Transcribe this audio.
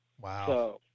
Wow